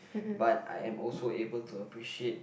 but I am also able to appreciate